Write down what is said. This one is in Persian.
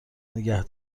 نگه